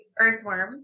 earthworm